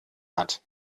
hat